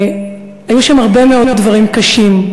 היו שם הרבה מאוד דברים קשים,